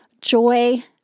joy